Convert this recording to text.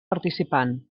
participant